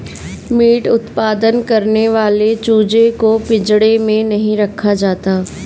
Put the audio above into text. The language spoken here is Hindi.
मीट उत्पादन करने वाले चूजे को पिंजड़े में नहीं रखा जाता